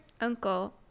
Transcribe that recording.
uncle